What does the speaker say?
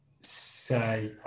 say